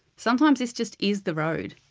sometimes this just is the road.